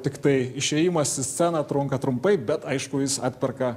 tiktai išėjimas į sceną trunka trumpai bet aišku jis atperka